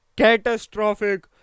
Catastrophic